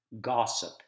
gossip